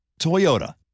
Toyota